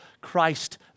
Christ